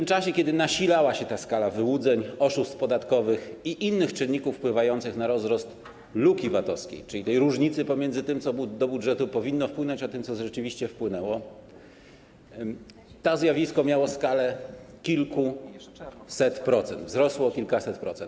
W czasie kiedy nasilała się ta skala wyłudzeń, oszustw podatkowych i innych czynników wpływających na rozrost luki VAT-owskiej, czyli różnicy pomiędzy tym, co do budżetu powinno wpłynąć, a tym, co rzeczywiście wpłynęło, to zjawisko miało skalę kilkuset procent, wzrosło o kilkaset procent.